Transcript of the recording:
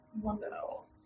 Wonderful